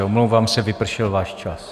Omlouvám se, vypršel váš čas.